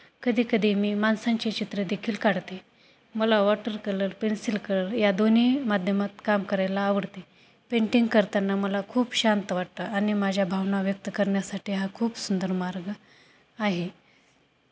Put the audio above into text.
कधीकधी मी माणसांचे चित्रदेखील काढते मला वॉटर कलर पेन्सिल कलर या दोन्ही माध्यमात काम करायला आवडते पेंटिंग करताना मला खूप शांत वाटतं आणि माझ्या भावना व्यक्त करण्यासाठी हा खूप सुंदर मार्ग आहे